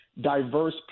diverse